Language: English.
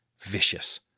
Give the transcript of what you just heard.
vicious